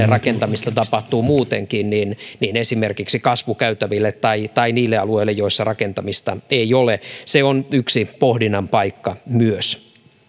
rakentamista tapahtuu muutenkin esimerkiksi kasvukäytäville tai tai niille alueille joilla rakentamista ei ole se on myös yksi pohdinnan paikka